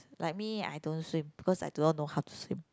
like me I don't swim because I do not know how to swim